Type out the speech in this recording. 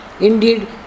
Indeed